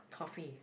coffee